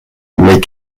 make